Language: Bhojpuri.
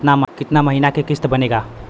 कितना महीना के किस्त बनेगा?